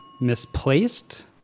Misplaced